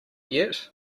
yet